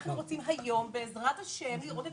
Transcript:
אנחנו רוצים היום בעזרת השם לראות את